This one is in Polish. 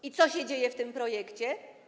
I co się dzieje w tym projekcie?